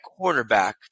cornerback